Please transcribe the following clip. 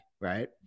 right